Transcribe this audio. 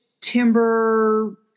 timber